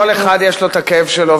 כל אחד יש לו הכאב שלו,